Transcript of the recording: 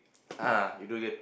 ah you do again